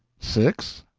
six?